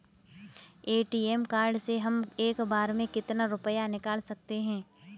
ATM card से हम एक बार में कितना रुपया निकाल सकते हैं?